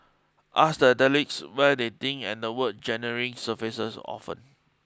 ask the athletes where they think and the word genuine surfaces often